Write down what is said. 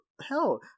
hell